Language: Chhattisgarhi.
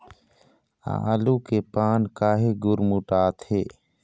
आलू के पान काहे गुरमुटाथे?